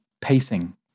pacing